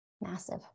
Massive